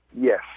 Yes